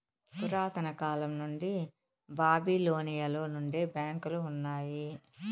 పురాతన కాలం నుండి బాబిలోనియలో నుండే బ్యాంకులు ఉన్నాయి